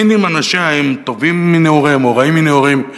אם אנשיה הם טובים מנעוריהם או רעים מנעוריהם,